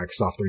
Microsoft